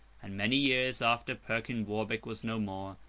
and many years after perkin warbeck was no more,